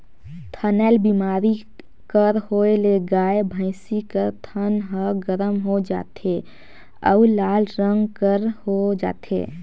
थनैल बेमारी कर होए ले गाय, भइसी कर थन ह गरम हो जाथे अउ लाल रंग कर हो जाथे